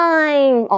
Time